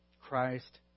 Christ